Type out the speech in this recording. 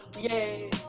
Yay